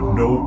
no